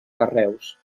carreus